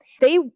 They-